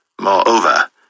Moreover